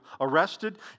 arrested